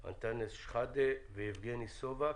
אנטאנס שחאדה ויבגני סובה,